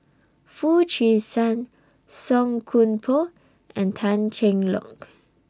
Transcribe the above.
Foo Chee San Song Koon Poh and Tan Cheng Lock